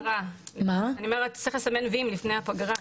צריך לסמן "וי" אם לפני הפגרה.